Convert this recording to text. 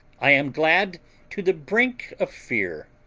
i am glad to the brink of fear.